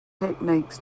techniques